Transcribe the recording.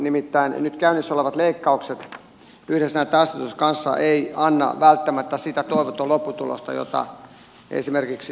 nimittäin nyt käynnissä olevat leikkaukset yhdessä näitten asetusten kanssa eivät anna välttämättä sitä toivottua lopputulosta jota esimerkiksi sivistysvaliokunnassa on toivottu